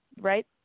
right